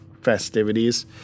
festivities